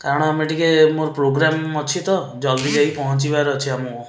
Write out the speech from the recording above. କାରଣ ଆମେ ଟିକେ ମୋର ପ୍ରୋଗ୍ରାମ୍ ଅଛି ତ ଜଲଦି ଯାଇପହଞ୍ଚିବାର ଅଛି ଆମକୁ